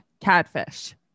Catfish